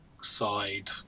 side